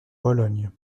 pologne